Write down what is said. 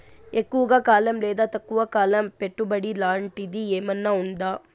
ఎక్కువగా కాలం లేదా తక్కువ కాలం పెట్టుబడి లాంటిది ఏమన్నా ఉందా